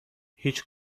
هیچ